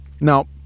now